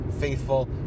faithful